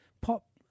pop